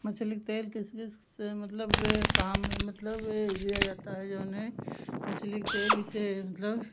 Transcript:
मछली के तेल किस किस मतलब ए काम में मतलब ए लिया जाता है जऊन है मछली के तेल इसे मतलब